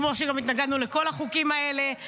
כמו שגם התנגדנו לכל החוקים האלה.